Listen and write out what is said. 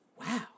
Wow